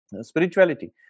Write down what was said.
spirituality